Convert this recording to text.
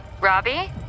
Robbie